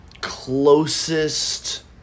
closest